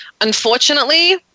Unfortunately